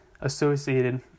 associated